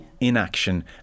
inaction